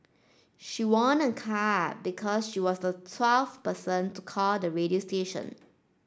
she won a car because she was the twelfth person to call the radio station